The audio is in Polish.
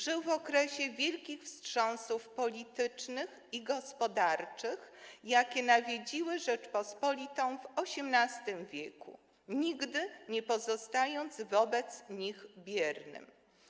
Żył w okresie wielkich wstrząsów politycznych i gospodarczych, jakie nawiedziły Rzeczpospolitą w XVIII w., nigdy nie pozostając wobec nich biernym.